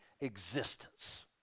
existence